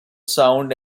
sound